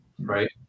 right